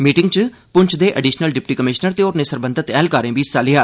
meeting च पुंछ दे additional deputy commissioner ते होरनें सरबंघत ऐह्लकारें बी हिस्सा लैता